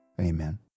Amen